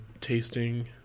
tasting